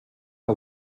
que